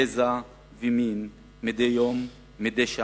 גזע ומין, מדי יום, מדי שעה,